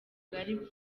bwari